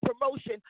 promotion